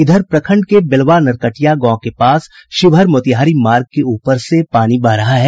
इधर प्रखंड के बेलवा नरकटिया गांव के पास शिवहर मोतिहारी मार्ग के ऊपर से पानी बह रहा है